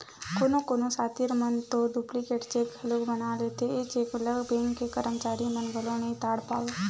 कोनो कोनो सातिर मन तो डुप्लीकेट चेक घलोक बना लेथे, ए चेक ल बेंक के करमचारी मन घलो नइ ताड़ पावय